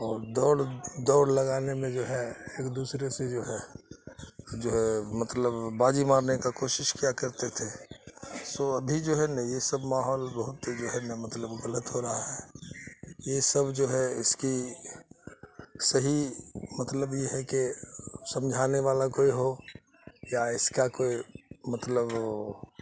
اور دوڑ دوڑ لگانے میں جو ہے ایک دوسرے سے جو ہے جو ہے مطلب بازی مارنے کا کوشش کیا کرتے تھے سو ابھی جو ہے نا یہ سب ماحول بہت ہی جو ہے نا مطلب غلط ہو رہا ہے یہ سب جو ہے اس کی صحیح مطلب یہ ہے کہ سمجھانے والا کوئی ہو یا اس کا کوئی مطلب وہ